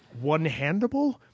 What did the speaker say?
one-handable